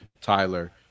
Tyler